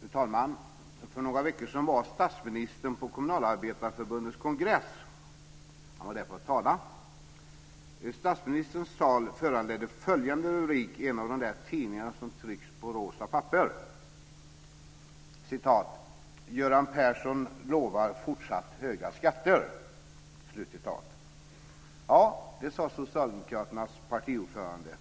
Fru talman! För några veckor sedan var statsministern på Kommunalarbetareförbundets kongress för att tala. Statsministerns tal föranledde följande rubrik i en av de tidningar som trycks på rosa papper: "Göran Persson lovar fortsatt höga skatter." Ja, det sade socialdemokraternas partiordförande,